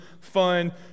fun